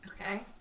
Okay